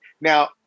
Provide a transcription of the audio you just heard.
Now